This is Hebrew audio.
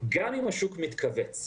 גם אם השוק מתכווץ,